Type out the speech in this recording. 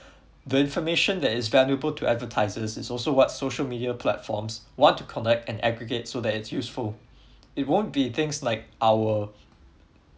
the information that is valuable to advertisers is also what social media platforms want to collect and aggregate so that is useful it won't be things like our